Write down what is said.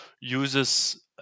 uses